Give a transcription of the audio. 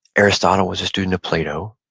aristotle was a student of plato,